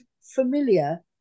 familiar